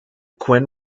quinn